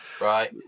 Right